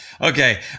Okay